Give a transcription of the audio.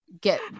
get